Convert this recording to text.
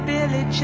Billy